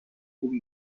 خوبی